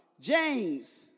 James